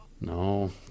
No